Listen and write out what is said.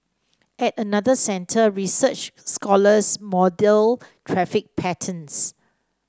at another centre research scholars model traffic patterns